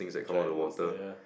giant monster ya